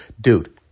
dude